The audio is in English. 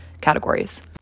categories